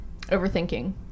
Overthinking